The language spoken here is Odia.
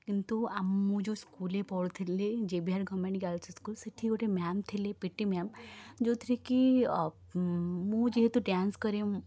କିନ୍ତୁ ଆ ମୁଁ ଯେଉଁ ସ୍କୁଲରେ ପଢ଼ୁଥିଲି J V R government girls high school ସେଇଠି ଗୋଟେ ମ୍ୟାମ୍ ଥିଲେ ପି ଇ ଟି ମ୍ୟାମ୍ ଯେଉଁଥିରେକି ମୁଁ ଯେହେତୁ ଡ୍ୟାନ୍ସ କରେ